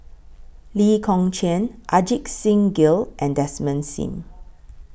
Lee Kong Chian Ajit Singh Gill and Desmond SIM